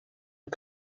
are